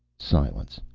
silence.